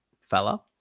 fella